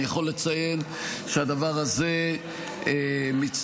אני יכול לציין שהדבר הזה מצטרף,